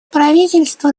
правительство